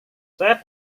saya